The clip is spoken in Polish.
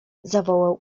zawołał